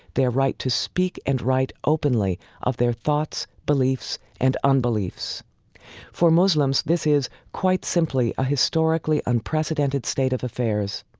their right to speak and write openly of their thoughts, beliefs and unbeliefs for muslims this is, quite simply, a historically unprecedented state of affairs.